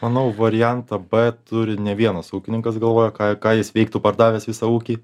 manau variantą b turi ne vienas ūkininkas galvoja ką ką jis veiktų pardavęs visą ūkį